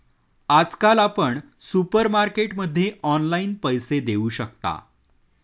आजकाल आपण सुपरमार्केटमध्ये ऑनलाईन पैसे देऊ शकता